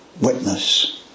witness